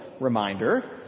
reminder